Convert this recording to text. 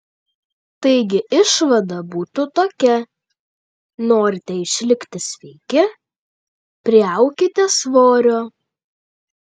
taigi išvada būtų tokia norite išlikti sveiki priaukite svorio